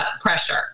pressure